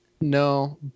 No